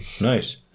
Nice